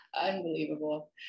Unbelievable